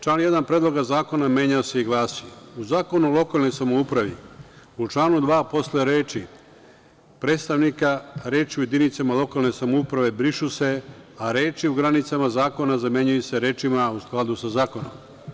Član 1. Predloga zakona menja se i glasi, u Zakonu o lokalnoj samoupravi, u članu 2. posle reči „predstavnika“ reči „u jedinicama lokalne samouprave“ brišu se, a reči „u granicama zakona“ zamenjuju se rečima „u skladu sa zakonom“